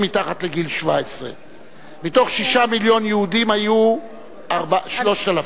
מתחת לגיל 17. מתוך 6 מיליון יהודים היו 3,000,